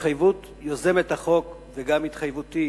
והתחייבות יוזמת החוק וגם התחייבותי